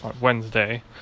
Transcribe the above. Wednesday